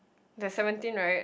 there's seventeen right